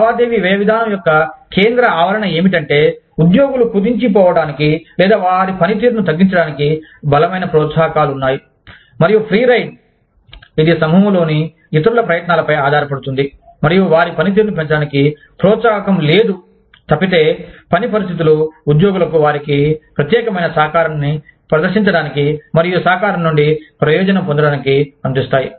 లావాదేవీ వ్యయ విధానం యొక్క కేంద్ర ఆవరణ ఏమిటంటే ఉద్యోగులు కుదించిపోవటానికి లేదా వారి పనితీరును తగ్గించడానికి బలమైన ప్రోత్సాహకాలు ఉన్నాయి మరియు ఫ్రీరైడ్ ఇది సమూహంలోని ఇతరుల ప్రయత్నాలపై ఆధారపడుతుంది మరియు వారి పనితీరును పెంచడానికి ప్రోత్సాహకం లేదు తప్పితే పని పరిస్థితులు ఉద్యోగులకు వారి ప్రత్యేకమైన సహకారాన్ని ప్రదర్శించడానికి మరియు ఈ సహకారం నుండి ప్రయోజనం పొందటానికి అనుమతిస్తాయి